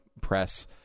press